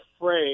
afraid